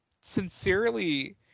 sincerely